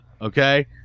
okay